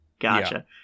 Gotcha